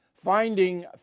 Finding